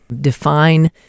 define